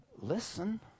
listen